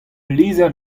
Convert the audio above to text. lizher